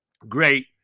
great